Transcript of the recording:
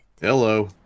Hello